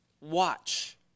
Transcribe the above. Watch